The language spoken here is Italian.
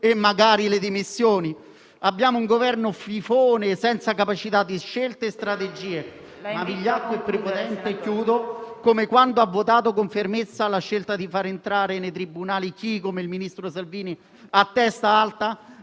e, magari, le dimissioni? Abbiamo un Governo fifone, senza la capacità di compiere scelte e formulare strategie, come quando ha votato con fermezza la scelta di far entrare nei Tribunali chi, come il ministro Salvini, a testa alta,